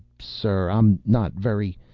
sir. i'm not very.